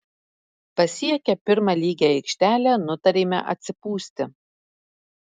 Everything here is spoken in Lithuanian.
pasiekę pirmą lygią aikštelę nutarėme atsipūsti